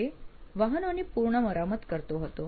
તે વાહનોની સંપૂર્ણ મરામત કરતો હતો